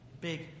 Big